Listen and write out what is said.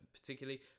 Particularly